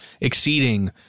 exceeding